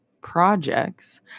projects